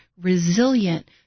resilient